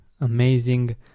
amazing